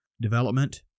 development